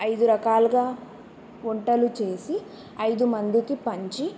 ఐదు రకాలుగా వంటలు చేసి ఐదు మందికి పంచి